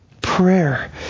Prayer